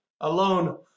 alone